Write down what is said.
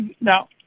Now